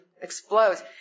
explodes